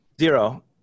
Zero